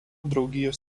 draugijos